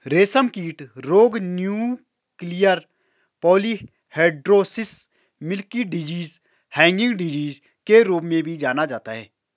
रेशमकीट रोग nuclear polyhedrosis, milky disease, hanging disease के रूप में भी जाना जाता है